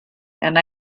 and